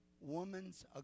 woman's